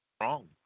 wrong